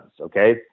okay